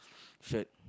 shirt